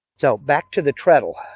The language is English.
so back to the treadle.